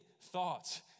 thoughts